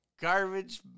garbage